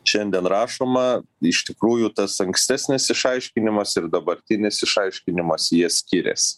šiandien rašoma iš tikrųjų tas ankstesnis išaiškinimas ir dabartinis išaiškinimas jie skirias